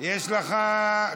יש לך?